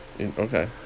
Okay